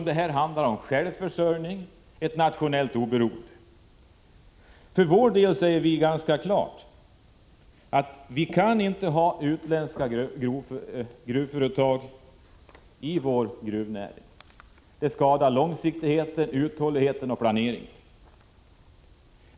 Det handlar om självförsörjning och nationellt oberoende. Från vpk:s sida säger vi ganska klart att det inte bör finnas utländska gruvföretag i den svenska gruvnäringen. Det skadar långsiktighet, uthållighet och planering.